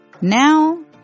Now